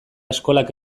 eskolak